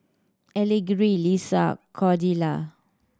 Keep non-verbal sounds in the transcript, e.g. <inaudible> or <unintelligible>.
<unintelligible> Leesa Cordelia